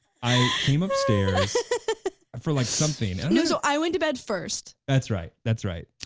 i came upstairs for like something. you know so i went to bed first. that's right, that's right.